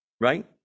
right